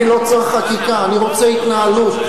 אני לא צריך חקיקה, אני רוצה התנהלות.